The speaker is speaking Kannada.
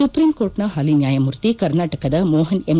ಸುಪ್ರೀಂಕೋರ್ಟ್ನ ಹಾಲಿ ನ್ಲಾಯಮೂರ್ತಿ ಕರ್ನಾಟಕದ ಮೋಹನ್ ಎಂ